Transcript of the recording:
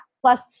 Plus